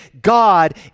God